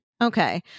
Okay